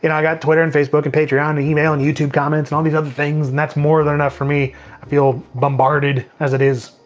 i got twitter and facebook and patreon and email and youtube comments and all these other things, and that's more than enough for me. i feel bombarded as it is.